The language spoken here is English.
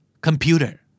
Computer